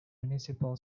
municipal